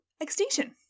extinction